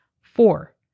Four